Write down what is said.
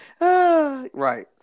Right